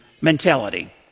mentality